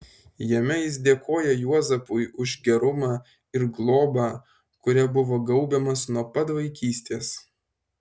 jame jis dėkoja juozapui už gerumą ir globą kuria buvo gaubiamas nuo pat vaikystės